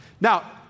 Now